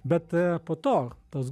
bet a po to tas